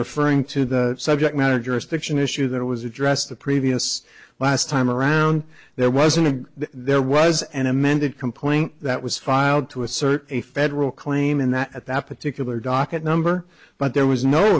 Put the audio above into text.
referring to the subject matter jurisdiction issue that was addressed the previous last time around there wasn't a there was an amended complaint that was filed to assert a federal claim in that at that particular docket number but there was no